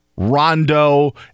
Rondo